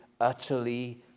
utterly